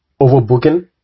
overbooking